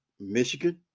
Michigan